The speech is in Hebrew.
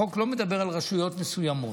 החוק לא מדבר על רשויות מסוימות,